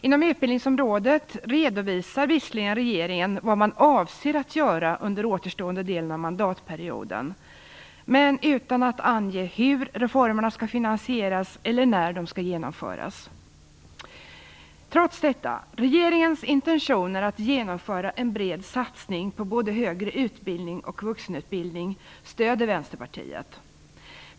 Inom utbildningsområdet redovisar visserligen regeringen vad man avser att göra under den återstående delen av mandatperioden, men utan att ange hur reformerna skall finansieras eller när de skall genomföras. Trots detta stöder Vänsterpartiet regeringens intentioner att genomföra en bred satsning på både högre utbildning och vuxenutbildning.